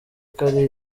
kari